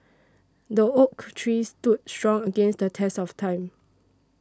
the oak tree stood strong against the test of time